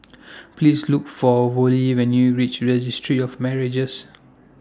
Please Look For Vollie when YOU REACH Registry of Marriages